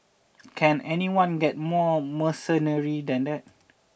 can anyone get more mercenary than that